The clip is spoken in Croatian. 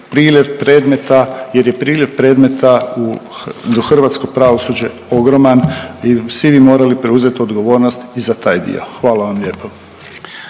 priljev predmeta jer je priljev predmeta u hrvatsko pravosuđe ogroman i svi bi morali preuzeti odgovornost i za taj dio. Hvala vam lijepo.